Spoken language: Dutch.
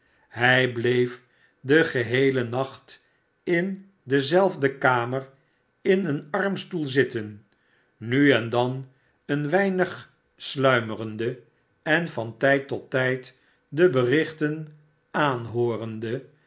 hij bleef den geheelen nacht in dezelfde kamer in een armstoel zitten nu en dan een weinig sluimerende en van tijd tot tijd de berichten aanhoorende